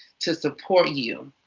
to support you.